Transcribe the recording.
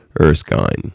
Erskine